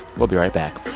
we'll be right back